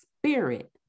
spirit